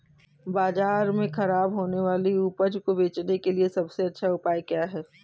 बाजार में खराब होने वाली उपज को बेचने के लिए सबसे अच्छा उपाय क्या है?